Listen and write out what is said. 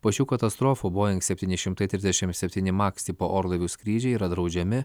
po šių katastrofų boeing septyni šimtai trisdešimt septyni max tipo orlaivių skrydžiai yra draudžiami